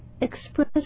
express